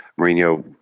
Mourinho